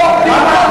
לא לומדים,